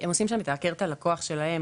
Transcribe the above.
הם עושים שם את הכר את הלקוח שלהם,